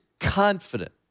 confident